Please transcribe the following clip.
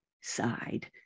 side